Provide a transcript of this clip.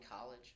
college